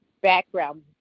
background